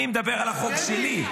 אני מדבר על החוק שלי.